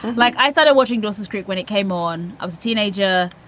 like i started watching dawson's creek when it came on. i was a teenager.